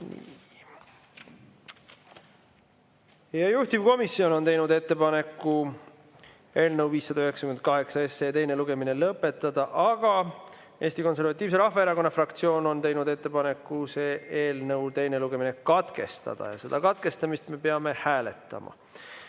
Juhtivkomisjon on teinud ettepaneku eelnõu 598 teine lugemine lõpetada, aga Eesti Konservatiivse Rahvaerakonna fraktsioon on teinud ettepaneku selle eelnõu teine lugemine katkestada. Ja seda katkestamist me peame hääletama.